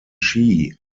ski